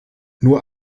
nur